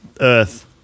Earth